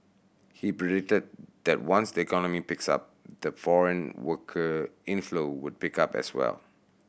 he predicted that once the economy picks up the foreign worker inflow would pick up as well